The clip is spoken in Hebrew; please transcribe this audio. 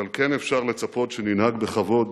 אבל כן אפשר לצפות שננהג בכבוד